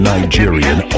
Nigerian